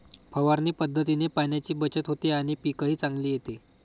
फवारणी पद्धतीने पाण्याची बचत होते आणि पीकही चांगले येते